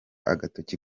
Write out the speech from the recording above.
agatoki